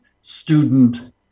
student